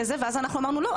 ואז אמרנו לא,